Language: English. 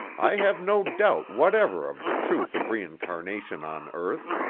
i have no doubt whatever of the truth of reincarnation on earth.